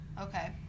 okay